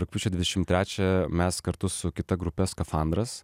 rugpjūčio dvidešimt trečią mes kartu su kita grupe skafandras